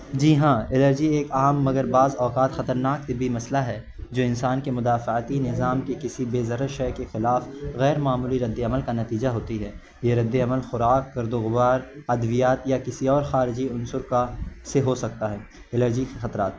جی ہاں الرجی ایک عام مگر بعض اوقات خطرناک طبی مسئلہ ہے جو انسان کے مدافعاتی نظام کی کسی بے ضرر شے کے خلاف غیر معمولی ردِّ عمل کا نتیجہ ہوتی ہے یہ ردِّ عمل خوراک گرد و غبار ادویات یا کسی اور خارجی عنصر کا سے ہو سکتا ہے الرجی کی خطرات